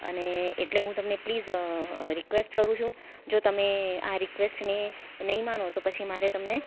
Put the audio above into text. અને એટલે હું તમને પ્લીઝ રિક્વેસ્ટ કરું છું જો તમે આ રિક્વેસ્ટને નહીં માનો તો પછી મારે તમને